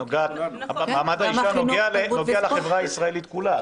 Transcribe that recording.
מעמד האישה נוגע לחברה הישראלית כולה.